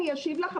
אני אשיב לך,